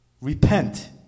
Repent